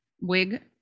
Wig